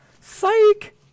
Psych